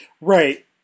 right